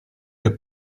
che